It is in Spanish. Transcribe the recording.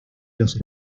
los